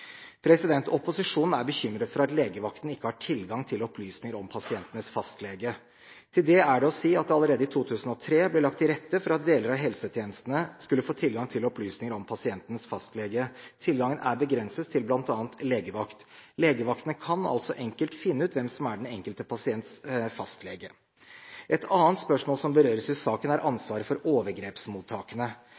Opposisjonen er bekymret for at legevaktene ikke har tilgang til opplysninger om pasientens fastlege. Til dette er det å si at det allerede i 2003 ble lagt til rette for at deler av helsetjenestene skulle få tilgang til opplysninger om pasientens fastlege. Tilgangen ble begrenset til bl.a. legevakt. Legevaktene kan altså enkelt finne ut hvem som er den enkelte pasients fastlege. Et annet spørsmål som berøres i saken, er ansvaret for overgrepsmottakene.